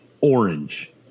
orange